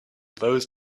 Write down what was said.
those